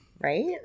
Right